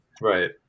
Right